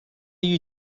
you